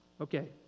Okay